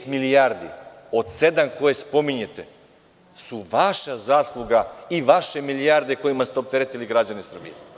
Pet milijardi, od sedam koje spominjete, su vaša zasluga i vaše milijarde kojima ste opteretili građane Srbije.